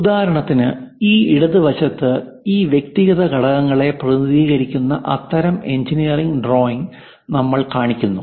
ഉദാഹരണത്തിന് ഈ ഇടത് വശത്ത് ഈ വ്യക്തിഗത ഘടകങ്ങളെ പ്രതിനിധീകരിക്കുന്ന അത്തരം എഞ്ചിനീയറിംഗ് ഡ്രോയിംഗ് നമ്മൾ കാണിക്കുന്നു